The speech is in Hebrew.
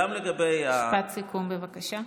משפט סיכום, בבקשה.